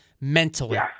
mentally